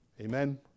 Amen